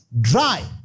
dry